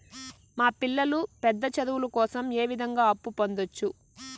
మా పిల్లలు పెద్ద చదువులు కోసం ఏ విధంగా అప్పు పొందొచ్చు?